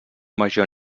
major